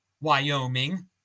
Wyoming